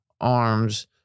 arms